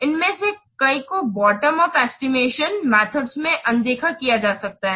इनमें से कई को बॉटम उप एस्टिमेशन मेथड में अनदेखा किया जा सकता है